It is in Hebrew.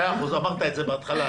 בסדר, אמרת את זה בהתחלה.